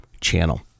channel